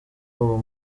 uwo